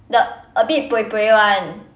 the a bit buibui [one]